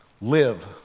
Live